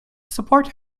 support